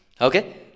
Okay